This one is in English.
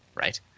right